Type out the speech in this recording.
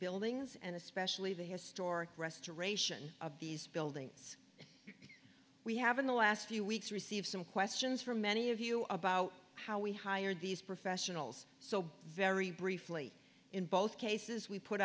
buildings and especially the historic restoration of these buildings we have in the last few weeks received some questions from many of you about how we hired these professionals so very briefly in both cases we put